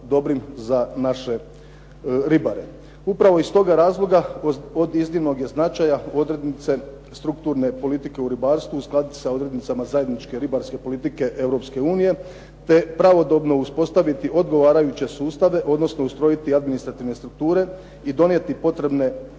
dobrim za naše ribare. Upravo iz toga razloga od iznimnog je značaja odrednice strukturne politike u ribarstvu uskladiti sa odrednicama zajedničke ribarske politike Europske unije, te pravodobno uspostaviti odgovarajuće sustave, odnosno ustrojiti administrativne strukture i donijeti potrebne